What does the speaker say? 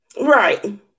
Right